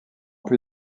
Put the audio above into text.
plus